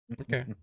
Okay